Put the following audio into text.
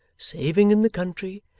saving in the country,